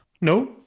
no